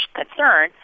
concern